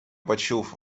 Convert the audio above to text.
почув